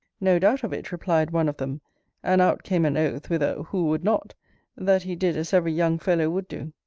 no doubt of it, replied one of them and out came an oath, with a who would not that he did as every young fellow would do.